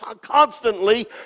constantly